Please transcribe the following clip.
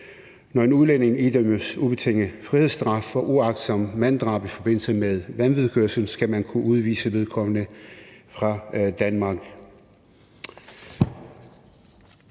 Når en udlænding idømmes ubetinget frihedsstraf for uagtsomt manddrab i forbindelse med vanvidskørsel, skal man kunne udvise vedkommende fra Danmark.